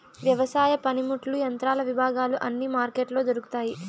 వ్యవసాయ పనిముట్లు యంత్రాల విభాగాలు అన్ని మార్కెట్లో దొరుకుతాయి